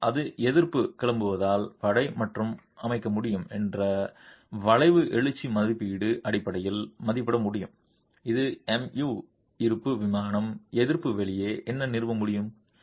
பின்னர் அது எதிர்ப்பு கிளம்புதல் படை மற்றும் அமைக்க முடியும் என்று வளைவு எழுச்சி மதிப்பீடு அடிப்படையில் மதிப்பிட முடியும் இது M u இருப்பது விமானம் எதிர்ப்பு வெளியே என்ன நிறுவ முடியும்